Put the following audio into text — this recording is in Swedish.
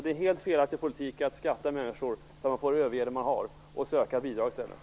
Det är en helt felaktig politik att beskatta människor så att de får överge det de har och söka bidrag i stället.